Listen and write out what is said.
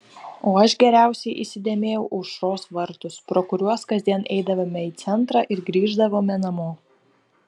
o aš geriausiai įsidėmėjau aušros vartus pro kuriuos kasdien eidavome į centrą ir grįždavome namo